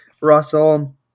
Russell